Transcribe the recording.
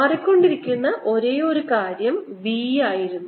മാറിക്കൊണ്ടിരുന്ന ഒരേയൊരു കാര്യം B ആയിരുന്നു